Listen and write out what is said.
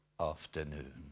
afternoon